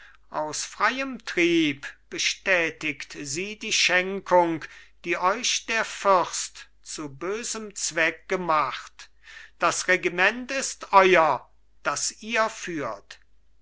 aus freiem trieb bestätigt sie die schenkung die euch der fürst zu bösem zweck gemacht das regiment ist euer das ihr führt